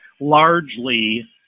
largely